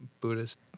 Buddhist